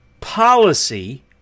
policy